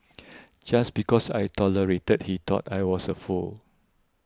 just because I tolerated he thought I was a fool